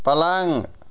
पलंग